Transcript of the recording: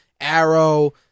Arrow